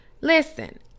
listen